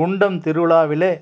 குண்டம் திருவிழாவிலே